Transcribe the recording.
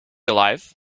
alive